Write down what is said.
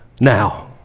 now